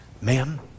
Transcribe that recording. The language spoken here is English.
ma'am